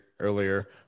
earlier